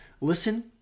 listen